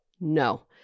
no